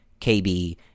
KB